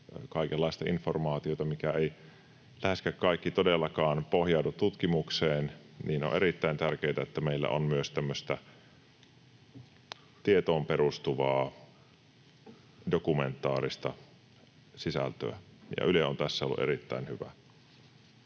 kaikenlaista informaatiota, mistä läheskään kaikki ei todellakaan pohjaudu tutkimukseen — on erittäin tärkeätä, että meillä on myös tämmöistä tietoon perustuvaa dokumentaarista sisältöä, ja Yle on tässä ollut erittäin hyvä.